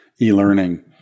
e-learning